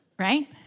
Right